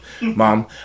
Mom